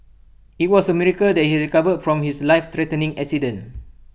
IT was A miracle that he recovered from his lifethreatening accident